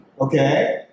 okay